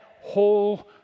whole